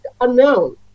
unknown